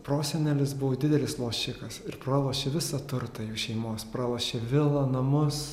prosenelis buvo didelis lošikas ir pralošė visą turtą jų šeimos pralošė vilą namus